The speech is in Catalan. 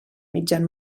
mitjan